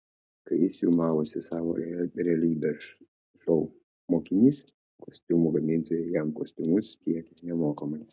kai jis filmavosi savo realybės šou mokinys kostiumų gamintojai jam kostiumus tiekė nemokamai